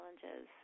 challenges